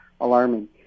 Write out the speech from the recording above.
alarming